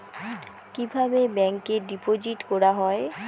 কিভাবে ব্যাংকে ডিপোজিট করা হয়?